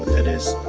it is.